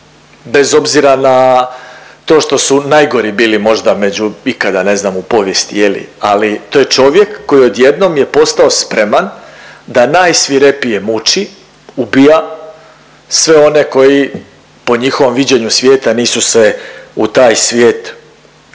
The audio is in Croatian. bez obzir na to što su najgori bili možda među ikada ne znam u povijesti, ali to je čovjek koji odjednom je postao spreman da najsvirepije muči, ubija sve one koji po njihovom viđenju svijeta nisu se u taj svijet uklapali.